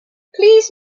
please